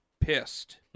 pissed